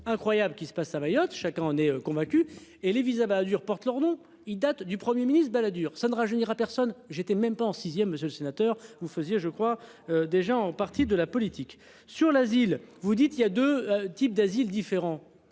incroyable qui se passe à Mayotte, chacun en est convaincu et les VISA Balladur portent de il date du 1er Ministre Balladur ça ne rajeunir à personne j'étais même pas en sixième. Monsieur le sénateur, vous faisiez je crois déjà en partie de la politique sur l'asile. Vous dites il y a 2 types d'asile différent